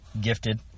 gifted